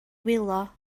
wylo